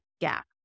gap